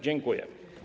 Dziękuję.